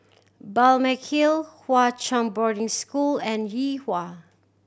Balmeg Hill Hwa Chong Boarding School and Yuhua